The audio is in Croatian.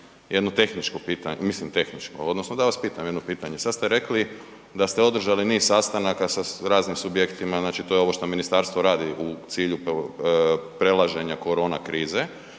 jedno tehničko pitanje, mislim tehničko, odnosno da vas pitam jedno pitanje. Sad ste rekli da ste održali niz sastanaka sa raznim subjektima, znači to je ovo što ministarstvo radi u cilju prelaženja korona krize